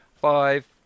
five